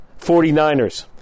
49ers